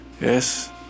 Yes